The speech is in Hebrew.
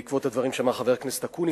בעקבות הדברים שאמר חבר הכנסת אקוניס,